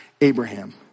Abraham